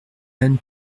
hent